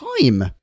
time